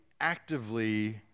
actively